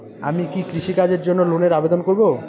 আমি কি কৃষিকাজের জন্য লোনের আবেদন করব?